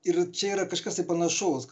ir čia yra kažkas tai panašaus